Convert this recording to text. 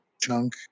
chunk